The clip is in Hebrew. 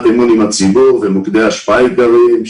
אמון עם הציבור ומוקדי השפעה עיקריים,